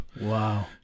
Wow